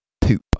Poop